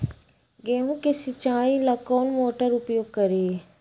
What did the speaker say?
गेंहू के सिंचाई ला कौन मोटर उपयोग करी?